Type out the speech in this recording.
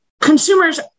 Consumers